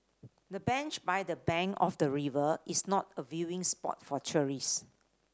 the bench by the bank of the river is not a viewing spot for tourist